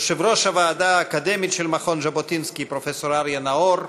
יושב-ראש הוועדה האקדמית של מכון ז'בוטינסקי פרופסור אריה נאור,